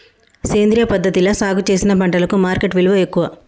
సేంద్రియ పద్ధతిలా సాగు చేసిన పంటలకు మార్కెట్ విలువ ఎక్కువ